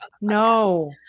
no